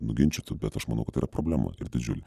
nuginčytų bet aš manau kad tai yra problema ir didžiulė